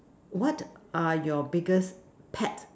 what are your biggest pet